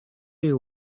you